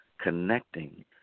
connecting